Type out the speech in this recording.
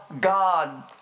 God